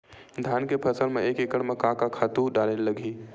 धान के फसल म एक एकड़ म का का खातु डारेल लगही?